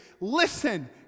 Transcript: listen